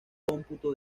cómputo